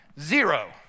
zero